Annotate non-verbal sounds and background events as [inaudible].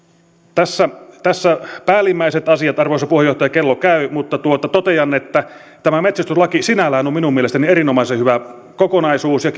tässä tässä päällimmäiset asiat arvoisa puheenjohtaja kello käy mutta totean että tämä metsästyslaki sinällään on on minun mielestäni erinomaisen hyvä kokonaisuus ja [unintelligible]